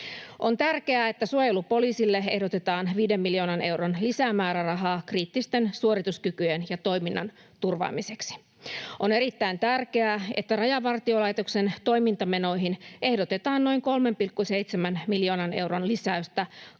On tärkeää, että suojelupoliisille ehdotetaan viiden miljoonan euron lisämäärärahaa kriittisten suorituskykyjen ja toiminnan turvaamiseksi. On erittäin tärkeää, että Rajavartiolaitoksen toimintamenoihin ehdotetaan noin 3,7 miljoonan euron lisäystä kattamaan ylimääräiset kustannukset,